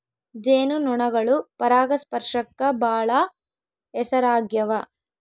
ಜೇನು ನೊಣಗಳು ಪರಾಗಸ್ಪರ್ಶಕ್ಕ ಬಾಳ ಹೆಸರಾಗ್ಯವ